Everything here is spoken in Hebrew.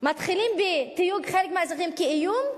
מתחילים בתיוג חלק מהאזרחים כאיום,